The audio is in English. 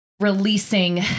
releasing